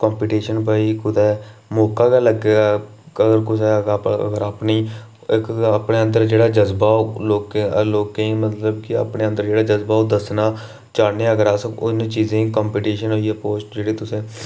competition भाई कुदै मौका गै लग्गै कदें कुदै गप्प अपनी ते अपने अंदर जेह्ड़ा जज्बा जां लोकें ई मतलब अपने अंदर जेह्ड़ा जज्बा होंदा ओह् दस्सना चाह्ने अगर अ स होरनें चीज़ें ई कम्पीटिशन ई जेह्ड़ी तुसें